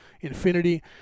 infinity